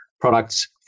products